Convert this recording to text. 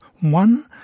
one